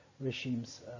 regimes